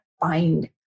find